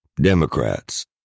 Democrats